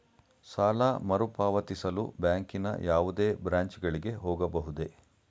ಸಾಲ ಮರುಪಾವತಿಸಲು ಬ್ಯಾಂಕಿನ ಯಾವುದೇ ಬ್ರಾಂಚ್ ಗಳಿಗೆ ಹೋಗಬಹುದೇ?